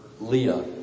Leah